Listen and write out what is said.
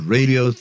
Radio